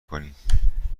کنیم